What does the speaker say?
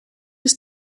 des